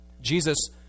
Jesus